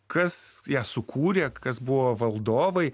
kas ją sukūrė kas buvo valdovai